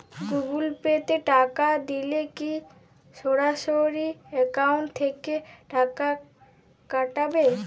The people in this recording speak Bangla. গুগল পে তে টাকা দিলে কি সরাসরি অ্যাকাউন্ট থেকে টাকা কাটাবে?